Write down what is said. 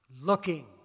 looking